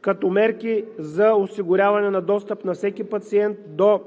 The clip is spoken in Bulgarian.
Като мерки за осигуряване на достъп на всеки пациент до